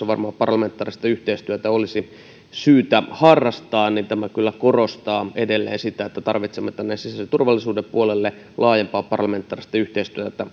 varmaan parlamentaarista yhteistyötä olisi syytä harrastaa ja tämä kyllä korostaa edelleen sitä että tarvitsemme tänne sisäisen turvallisuuden puolelle laajempaa parlamentaarista yhteistyötä